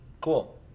Cool